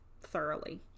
thoroughly